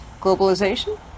globalization